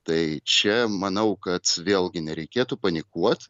tai čia manau kad vėlgi nereikėtų panikuot